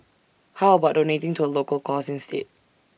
how about donating to A local cause instead